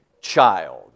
Child